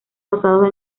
basados